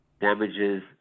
damages